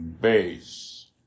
base